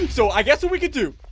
so i guess what we can do